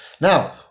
Now